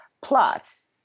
Plus